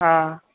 हा